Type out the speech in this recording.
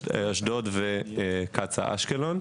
אשדוד וקצא"א אשקלון.